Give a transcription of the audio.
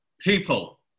people